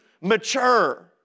mature